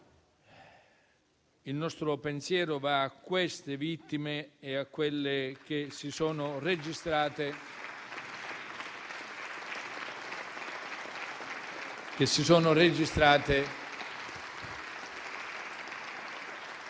Il nostro pensiero va a queste vittime e alle tre che si sono registrate